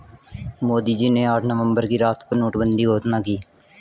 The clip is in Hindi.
मोदी जी ने आठ नवंबर की रात को नोटबंदी की घोषणा की